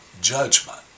judgment